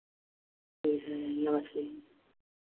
ठीक है नमस्ते जी